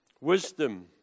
Wisdom